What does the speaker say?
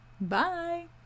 bye